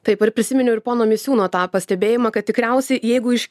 taip ir prisiminiau ir pono misiūno tą pastebėjimą kad tikriausiai jeigu iš